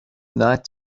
night